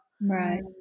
Right